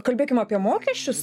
kalbėkim apie mokesčius